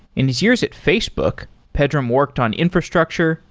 in his years at facebook, pedram worked on infrastructure,